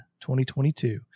2022